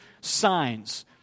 signs